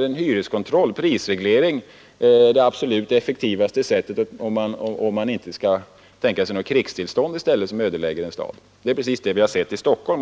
en hyreskontroll, en prisreglering, är det absolut effektivaste sättet att åstadkomma en ödelagd stad, om man inte skall tänka sig att ett krigstillstånd i stället ödelägger staden. Det är precis detta vi har sett i Stockholm.